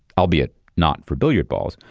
albeit not for billiard balls,